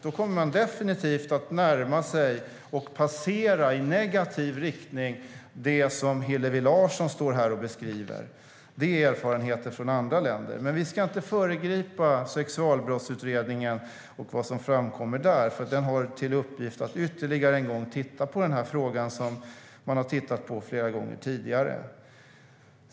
Då kommer man definitivt att närma sig och passera i negativ riktning det som Hillevi Larsson står här och beskriver. Det visar erfarenheter från andra länder. Men vi ska inte föregripa sexualbrottsutredningen och vad som framkommer där, för den har till uppgift att ytterligare en gång titta på den här frågan som man har tittat på flera gånger tidigare.